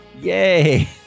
Yay